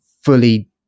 fully